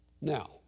Now